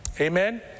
Amen